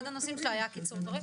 אחד הנושאים שלה היה קיצור תורים.